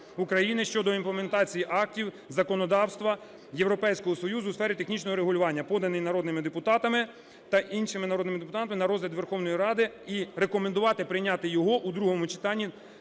України щодо імплементації актів законодавства Європейського Союзу у сфері технічного регулювання, поданий народними депутатами… та іншими народними депутатами, на розгляд Верховної Ради і рекомендувати прийняти його у другому читанні